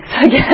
again